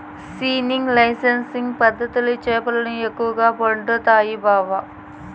seining lining పద్ధతిల చేపలు ఎక్కువగా పడుతండాయి బావ